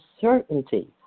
certainty